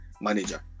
manager